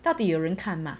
到底有人看吗